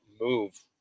move